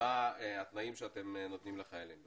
ומה התנאים שאתם נותנים לחיילים.